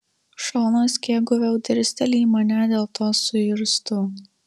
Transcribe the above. šonas kiek guviau dirsteli į mane dėl to suirztu